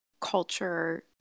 culture